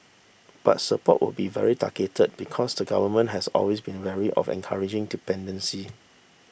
but support will be very targeted because the Government has always been wary of encouraging dependency